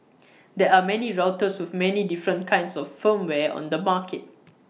there are many routers with many different kinds of firmware on the market